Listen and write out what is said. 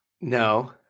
No